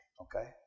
okay